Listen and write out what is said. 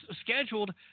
scheduled